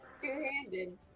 Two-handed